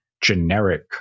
generic